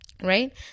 right